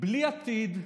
בלי עתיד,